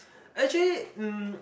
actually um